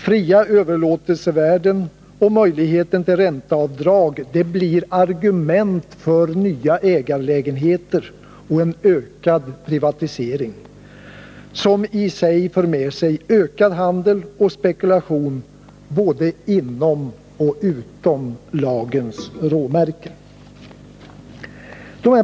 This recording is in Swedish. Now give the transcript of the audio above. Fria överlåtelsevärden och möjligheten till ränteavdrag blir argument för nya ägarlägenheter och en ökad privatisering, som i sig för med sig ökad handel och spekulation både inom och utom lagens råmärken.